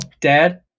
Dad